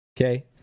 Okay